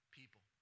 people